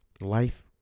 Life